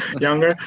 younger